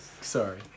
Sorry